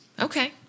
Okay